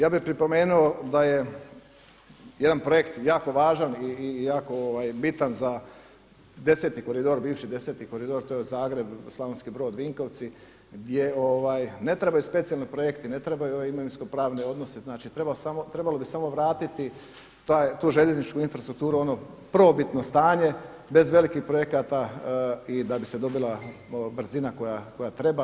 Ja bih pripomenuo da je jedan projekt jako važan i jako bitan za 10. koridor, bivši 10. koridor to je Zagreb-Slavonski Brod-Vinkovci gdje ne trebaju specijalni projekti, ne trebaju ove imovinsko pravne odnose, znači trebalo bi samo vratiti tu željezničku infrastrukturu u ono prvobitno stanje bez velikih projekata i da bi se dobila brzina koja treba.